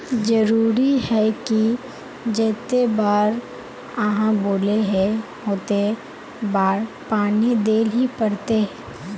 जरूरी है की जयते बार आहाँ बोले है होते बार पानी देल ही पड़ते?